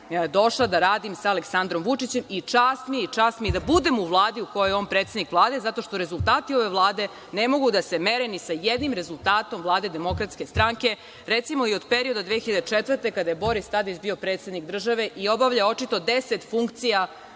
došla da radim sa Aleksandrom Vučićem i čast mi je da budem u Vladi u kojoj je on predsednik Vlade, zato što rezultati ove Vlade ne mogu da se mere ni sa jednim rezultatom Vlade DS, recimo i od perioda od 2004. godine, kada je Boris Tadić bio predsednik države i obavljao očito deset funkcija,